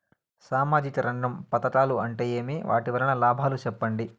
సామాజిక రంగం పథకాలు అంటే ఏమి? వాటి వలన లాభాలు సెప్పండి?